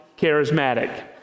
charismatic